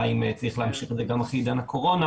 אם צריך להמשיך את זה גם אחרי עידן הקורונה,